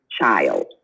child